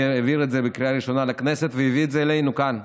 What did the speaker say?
העביר את זה בקריאה ראשונה לכנסת והביא את זה אלינו לכאן,